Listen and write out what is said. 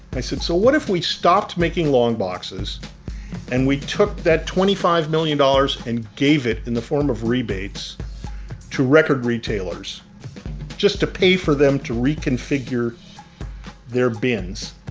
i said, so what if we stopped making long boxes and we took that twenty five million dollars and gave it in the form of rebates to record retailers just to pay for them to reconfigure their bins.